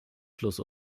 plus